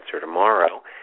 tomorrow